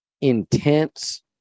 intense